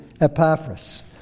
Epaphras